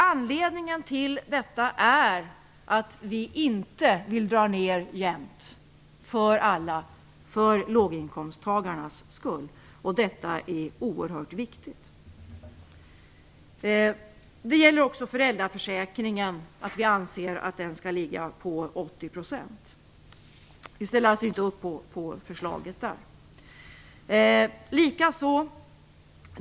Anledningen till detta är att vi inte vill dra ned jämnt för alla, för låginkomsttagarnas skull. Detta är oerhört viktigt. Det gäller också föräldraförsäkringen. Vi anser att den skall ligga på 80 %. Vi ställer alltså inte upp på förslaget där.